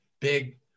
big